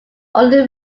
only